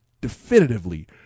definitively